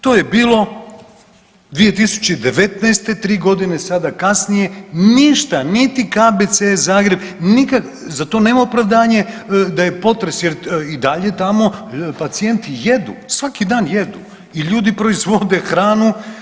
To je bilo 2019., tri godine sada kasnije ništa niti KBC Zagreb, nikad za to nema opravdanje da je potres jel i dalje tamo pacijenti jedu, svaki dan jedu i ljudi proizvode hranu.